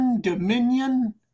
Dominion